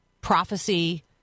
prophecy